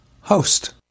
host